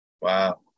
Wow